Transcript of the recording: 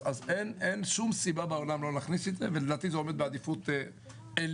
אז אין שום סיבה בעולם לא להכניס את זה ולדעתי זה עומד בעדיפות עליונה,